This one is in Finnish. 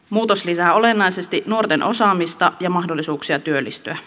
muutos lisää olennaisesti nuorten osaamista ja mahdollisuuksia työllistyä